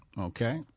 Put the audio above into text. Okay